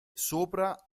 sopra